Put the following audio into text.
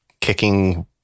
kicking